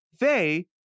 They-